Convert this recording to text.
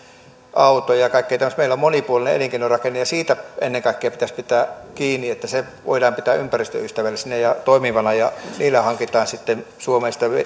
autoja ja kaikkea tämmöistä monipuolinen elinkeinorakenne ja siitä ennen kaikkea pitäisi pitää kiinni että se voidaan pitää ympäristöystävällisenä ja toimivana ja niillä hankitaan sitten suomeen niitä